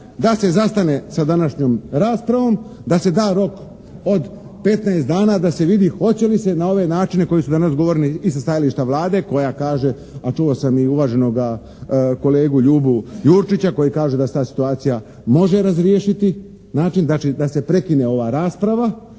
da se zastane sa današnjom raspravom, da se da rok od petnaest dana da se vidi hoće li se na ove načine koje su danas govorili i sa stajališta Vlade koja kaže, a čuo sam i uvaženoga kolegu Ljubu Jurčića koji kaže da se ta situacija može razriješiti, znači da se prekine ova rasprava